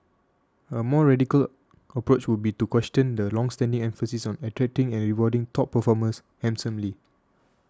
a more radical approach would be to question the longstanding emphasis on attracting and rewarding top performers handsomely